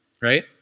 right